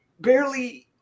barely